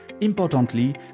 importantly